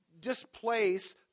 displace